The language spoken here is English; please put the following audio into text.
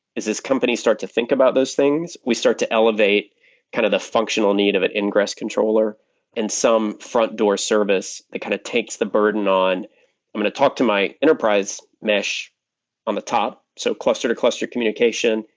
as these companies start to think about those things, we start to elevate kind of the functional need of an ingress controller and some front door service that kind of takes the burden on i'm going to talk to my enterprise mesh on the top, so cluster-to-cluster communication,